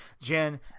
Jen